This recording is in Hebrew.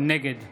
נגד